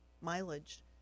mileage